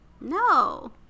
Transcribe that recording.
No